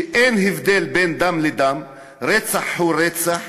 שאין הבדל בין דם לדם, רצח הוא רצח,